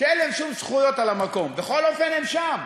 להם שום זכויות על המקום, בכל אופן הם שם.